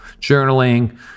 journaling